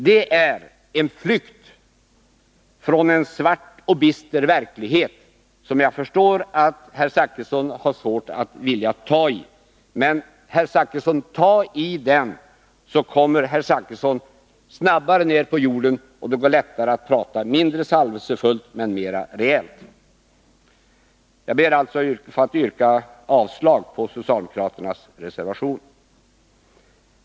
Det är en flykt från en svart och bister verklighet, som jag förstår att herr Zachrisson har svårt att vilja ta i. Men, herr Zachrisson, ta i den, så kommer herr Zachrisson snabbare ned på jorden, och det går lättare att prata mindre salvelsefullt och mer reellt! Jag ber alltså att få yrka avslag på socialdemokraternas reservationer.